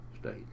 state